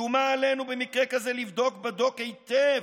שומה עלינו במקרה כזה לבדוק בדוק היטב